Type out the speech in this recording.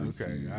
Okay